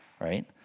right